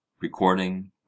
recording